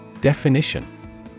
Definition